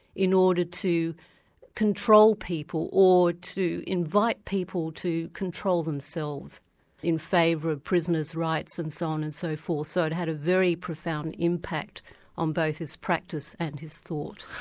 in order to control people, or to invite people to control themselves in favour of prisoners rights and so on and so forth. so it had a very profound impact on both his practice and his thought.